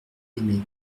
aimées